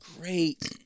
great